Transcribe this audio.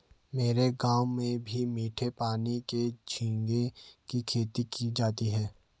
मेरे गांव में भी मीठे पानी में झींगे की खेती की जाती है